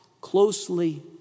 closely